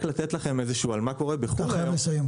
רק לתת לכם סקירה על מה שקורה בחו"ל ביפן,